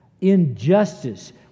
injustice